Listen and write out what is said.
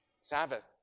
Sabbath